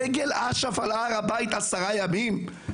דגל אש"ף היה על הר הבית עשרה ימים.